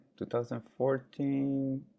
2014